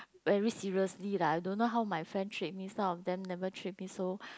very seriously lah I don't know how my friend treat me some of them never treat me so